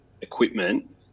equipment